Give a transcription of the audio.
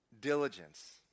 diligence